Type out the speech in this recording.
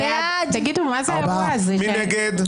מי נגד?